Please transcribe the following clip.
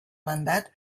mandat